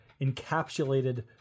encapsulated